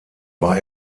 war